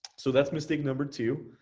so that's mistake number two.